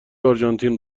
آرژانتین